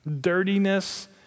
Dirtiness